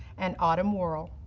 and autumn worrall.